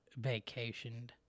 vacationed